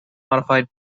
modified